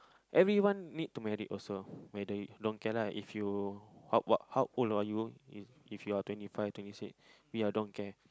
everyone need to married also whether you don't care lah if you how what how old are you is if you are twenty five twenty six me I don't care